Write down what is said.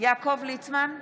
יעקב ליצמן,